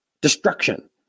destruction